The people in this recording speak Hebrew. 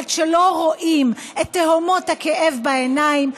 עד שלא רואים את תהומות הכאב בעיניים,